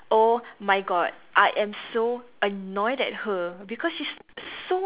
oh my god I am so annoyed at her because she's so